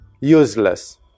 useless